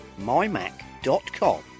mymac.com